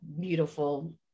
beautiful